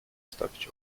stawić